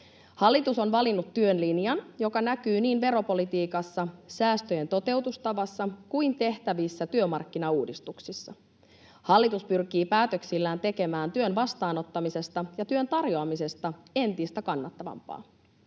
Hallitus on valinnut työn linjan, joka näkyy niin veropolitiikassa, säästöjen toteutustavassa kuin tehtävissä työmarkkinauudistuksissakin. Hallitus pyrkii päätöksillään tekemään työn vastaanottamisesta ja työn tarjoamisesta entistä kannattavampaa.